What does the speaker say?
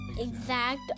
exact